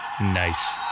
Nice